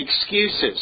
excuses